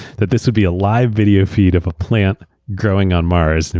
that this will be a live video feed of a plant growing on mars.